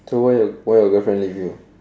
so why why your girlfriend leave you